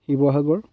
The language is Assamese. শিৱসাগৰ